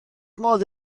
modd